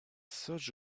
such